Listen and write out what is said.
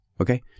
Okay